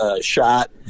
shot